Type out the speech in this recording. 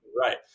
right